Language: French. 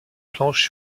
planche